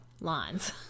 lines